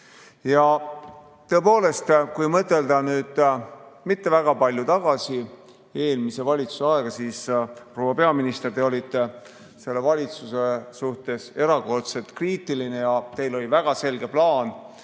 Tõepoolest, kui mõtelda mitte väga palju tagasi, eelmise valitsuse aega, siis, proua peaminister, te olite selle valitsuse suhtes erakordselt kriitiline. Teil oli väga selge plaan,